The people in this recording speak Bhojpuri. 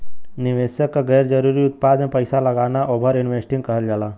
निवेशक क गैर जरुरी उत्पाद में पैसा लगाना ओवर इन्वेस्टिंग कहल जाला